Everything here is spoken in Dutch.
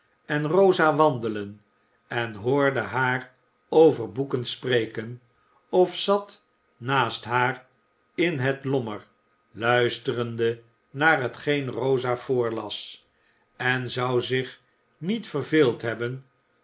en rosa wandelen en hoorde haar over boeken spreken of zat naast haar in het lommer luisterde naar hetgeen rosa voorlas en zou zich niet verveeld hebben